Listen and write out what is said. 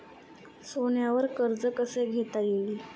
सोन्यावर कर्ज कसे घेता येईल?